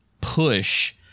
push